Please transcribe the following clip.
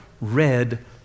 red